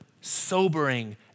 sobering